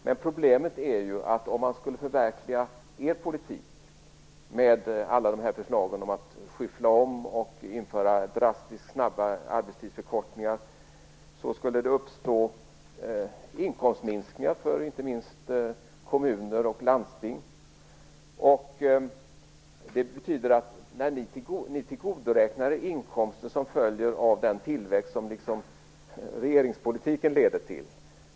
Men problemet är ju att skulle man förverkliga er politik, med förslag om att skyffla om och införa drastiska, snabba arbetstidsförkortningar, skulle det uppstå inkomstminskningar, inte minst för kommuner och landsting. Ni tillgodoräknar er inkomster som följer av den tillväxt som regeringspolitiken leder till.